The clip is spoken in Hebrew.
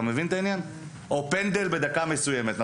או פנדל בדקה מסוימת.